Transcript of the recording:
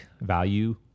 value